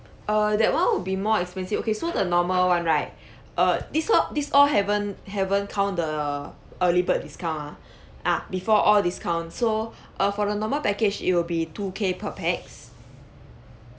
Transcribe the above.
err that [one] will be more expensive okay so the normal [one] right err this all this all haven't haven't count the early bird discount ah ah before all discount so uh for the normal package it will be two K per pax